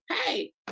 hey